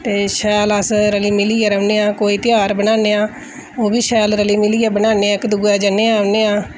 ते शैल अस रली मिलियै रौह्न्ने आं कोई ध्यार मनान्ने आं ओह् बी शैल रली मिलियै मनान्ने आं इक दूए दे जन्ने आं औन्ने आं